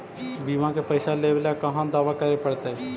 बिमा के पैसा लेबे ल कहा दावा करे पड़तै?